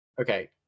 Okay